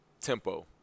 tempo